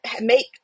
make